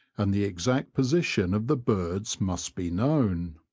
and the exact position of the birds must be known.